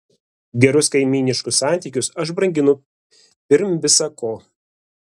gerus kaimyniškus santykius aš branginu pirm visa ko